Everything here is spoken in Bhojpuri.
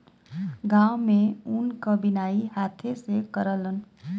गांव में ऊन क बिनाई हाथे से करलन